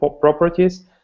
properties